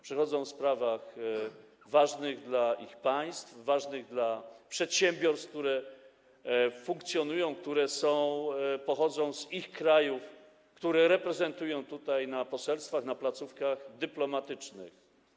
Przychodzą w sprawach ważnych dla ich państw, ważnych dla przedsiębiorstw, które funkcjonują, które pochodzą z ich krajów, które reprezentują tutaj na poselstwach na placówkach dyplomatycznych.